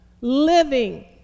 living